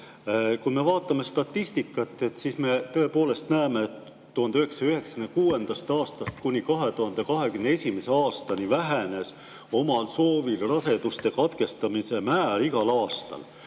Kui me vaatame statistikat, siis me tõepoolest näeme, et 1996. aastast kuni 2021. aastani vähenes omal soovil raseduse katkestamise määr igal aastal,